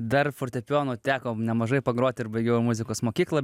dar fortepijono teko nemažai pagroti ir baigiau muzikos mokyklą